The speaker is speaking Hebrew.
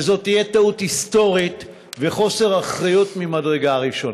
וזאת תהיה טעות היסטורית וחוסר אחריות ממדרגה ראשונה.